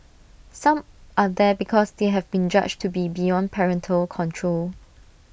some are there because they have been judged to be beyond parental control